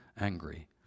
angry